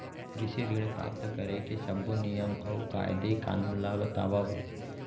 कृषि ऋण प्राप्त करेके सब्बो नियम अऊ कायदे कानून ला बतावव?